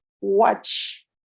watch